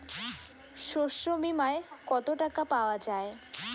শস্য বিমায় কত টাকা পাওয়া যায়?